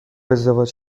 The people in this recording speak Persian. ازدواج